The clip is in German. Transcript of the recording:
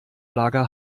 lager